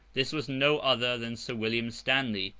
this was no other than sir william stanley,